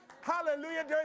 Hallelujah